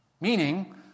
Meaning